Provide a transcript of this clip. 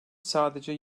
sadece